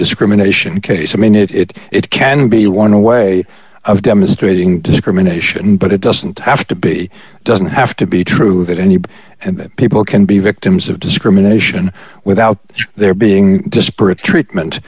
discrimination case i mean if it can be one way of demonstrating discrimination but it doesn't have to be doesn't have to be true that any and that people can be victims of discrimination without there being disparate treatment